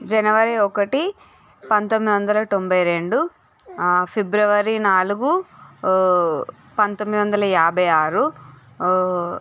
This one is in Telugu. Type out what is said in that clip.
జనవరి ఒకటి పంతొమ్మిది వందల తొంభై రెండు ఫిబ్రవరి నాలుగు పంతొమ్మిది వందల యాభై ఆరు